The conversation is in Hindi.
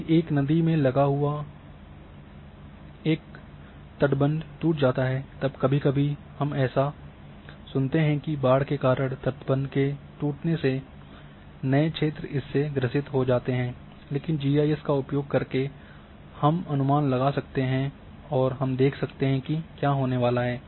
यदि एक नदी से लगा हुआ साथ एक तटबंध टूट जाता है तब कभी कभी हम ऐसा सुनते हैं कि बाढ़ के कारण तटबंध के टूटने के कारण नए क्षेत्र इससे ग्रसित हो जाते हैं लेकिन जी आई एस का उपयोग करके हम अनुमान लगा सकते हैं और हम देख सकते हैं कि क्या होने वाला है